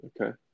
Okay